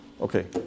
Okay